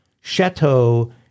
Chateau